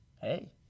Hey